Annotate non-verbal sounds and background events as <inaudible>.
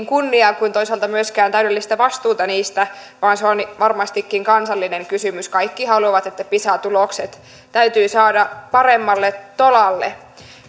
<unintelligible> kunniaa kuin toisaalta myöskään täydellistä vastuuta niistä vaan se on varmastikin kansallinen kysymys kaikki haluavat että pisa tulokset täytyy saada paremmalle tolalle